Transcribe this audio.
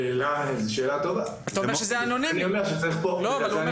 למה אף שחקן לא עושה את זה?